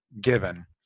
given